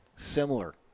similar